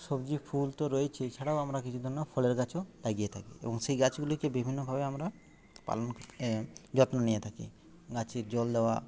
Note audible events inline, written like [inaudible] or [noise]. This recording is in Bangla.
সবজি ফুল তো রয়েইছে এছাড়াও আমরা কিছু [unintelligible] ফলের গাছও লাগিয়ে থাকি এবং সেই গাছগুলিকে বিভিন্নভাবে আমরা পালন [unintelligible] যত্ন নিয়ে থাকি গাছে জল দেওয়া